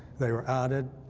they were added,